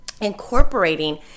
incorporating